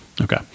Okay